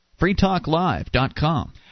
freetalklive.com